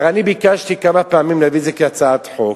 הרי אני ביקשתי כמה פעמים להביא את זה כהצעת חוק,